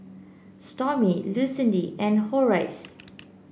Stormy Lucindy and Horace